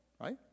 right